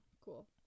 Cool